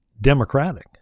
democratic